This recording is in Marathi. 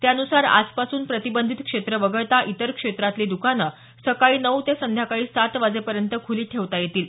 त्यानुसार आजपासून प्रतिबंधित क्षेत्र वगळता इतर क्षेत्रातली दुकानं सकाळी नऊ ते संध्याकाळी सात वाजेपयँत खुली ठेवता येतील